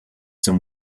some